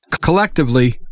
Collectively